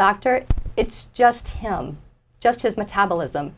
doctor it's just him just his metabolism